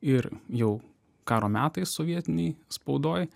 ir jau karo metais sovietinėj spaudoj